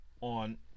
on